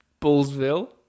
Bullsville